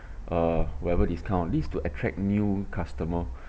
uh whatever discount this will attract new customer